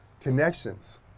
connections